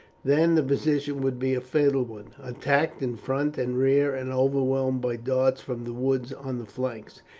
then the position would be a fatal one attacked in front and rear and overwhelmed by darts from the woods on the flanks,